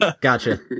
Gotcha